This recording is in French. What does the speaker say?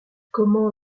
comment